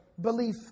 belief